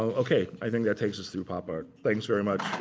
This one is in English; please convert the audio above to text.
ok, i think that takes us through pop art. thanks very much.